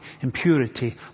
impurity